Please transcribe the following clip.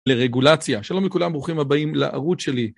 לרגולציה. שלום לכולם, ברוכים הבאים לערוץ שלי.